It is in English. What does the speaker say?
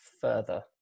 further